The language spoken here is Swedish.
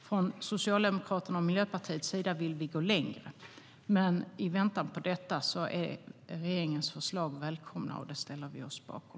Från Socialdemokraternas och Miljöpartiets sida vill vi gå längre, men i väntan på det är regeringens förslag välkomna. Det ställer vi oss bakom.